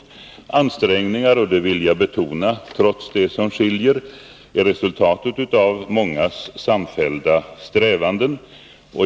Det är ansträngningar som — det vill jag betona — trots det som skiljer är resultatet av mångas samfällda strävanden.